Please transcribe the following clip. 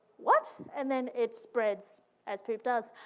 what? and then it spreads as poop does.